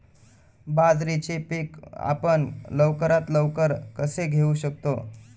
बाजरीचे पीक आपण लवकरात लवकर कसे घेऊ शकतो?